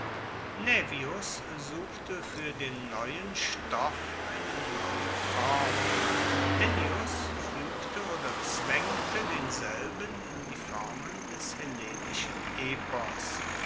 naevius suchte fuer den neuen stoff eine neue form ennius fuegte oder zwaengte denselben in die formen des hellenischen epos